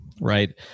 right